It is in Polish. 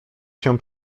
się